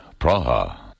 Praha